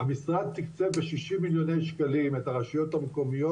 המשרד תקצב ב-60 מיליוני שקלים את הרשויות המקומיות,